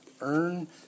earn